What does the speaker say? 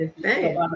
Thank